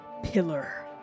pillar